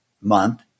month